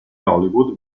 hollywood